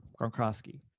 Gronkowski